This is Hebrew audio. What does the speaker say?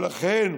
ולכן,